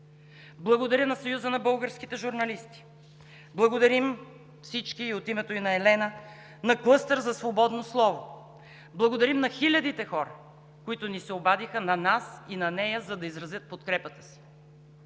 Благодаря на Съюза на българските журналисти. Благодарим на всички, и от името на Елена, на „Клъстер за свободно слово“. Благодарим на хилядите хора, които се обадиха на нас и на нея, за да изразят подкрепата си.